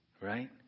right